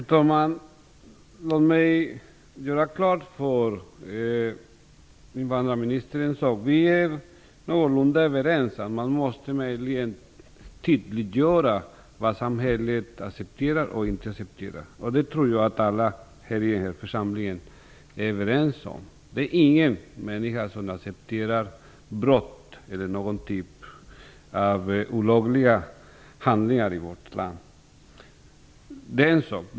Herr talman! Låt mig göra klart några saker för invandrarministern. Vi är någorlunda överens om att man möjligen måste tydliggöra vad samhället accepterar och inte accepterar. Jag tror att alla i den här församlingen är överens om det. Det är ingen människa som accepterar brott eller någon typ av olagliga handlingar i vårt land. Det är en sak.